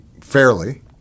fairly